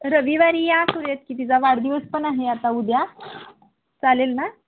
रविवारी या की तिचा वाढदिवस पण आहे आता उद्या चालेल ना